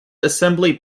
assembly